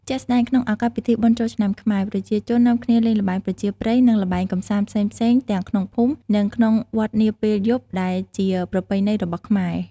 ជាក់ស្ដែងក្នុងឱកាសពិធីបុណ្យចូលឆ្នាំខ្មែរ ប្រជាជននាំគ្នាលេងល្បែងប្រជាប្រិយ និងល្បែងកម្សាន្តផ្សេងៗទាំងក្នុងភូមិ និងក្នុងវត្តនាពេលយប់ ដែលជាប្រពៃណីរបស់ខ្មែរ។